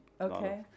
Okay